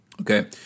Okay